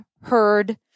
heard